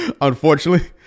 unfortunately